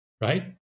right